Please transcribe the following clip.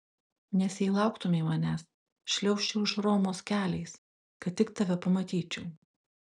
nes jei lauktumei manęs šliaužčiau iš romos keliais kad tik tave pamatyčiau